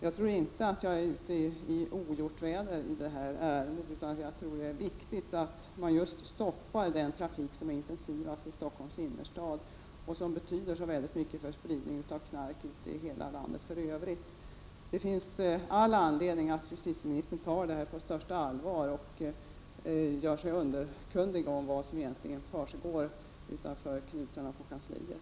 Jag tror inte att jag är ute i ogjort väder i detta ärende. Det är viktigt att stoppa den trafik som är mest intensiv i Stockholms innerstad och som betyder så mycket för spridningen av knark ut i hela landet. Det finns all anledning för justitieministern att ta dessa uppgifter på största allvar och göra sig underkunnig om vad som egentligen försiggår utanför knutarna på regeringskansliet.